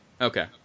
Okay